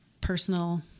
personal